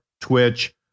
twitch